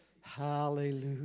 Hallelujah